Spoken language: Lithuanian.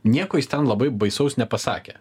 nieko jis ten labai baisaus nepasakė